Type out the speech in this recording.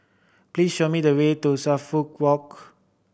please show me the way to Suffolk Walk